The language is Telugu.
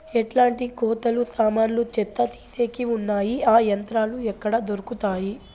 ఎట్లాంటి కోతలు సామాన్లు చెత్త తీసేకి వున్నాయి? ఆ యంత్రాలు ఎక్కడ దొరుకుతాయి?